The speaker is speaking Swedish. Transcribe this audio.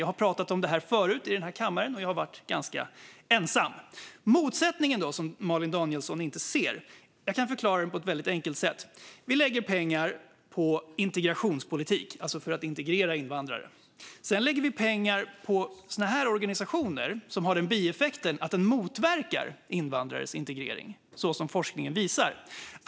Jag har pratat om detta förut här i kammaren, och jag har då varit ganska ensam om att göra det. Motsättningen som Malin Danielsson inte ser kan jag förklara på ett väldigt enkelt sätt. Vi lägger pengar på integrationspolitik, alltså för att integrera invandrare. Sedan lägger vi pengar på sådana här organisationer som har bieffekten att de motverkar invandrares integrering, som forskningen visar.